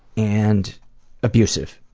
and abusive.